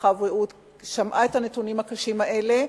הרווחה והבריאות שמעה את הנתונים הקשים האלה,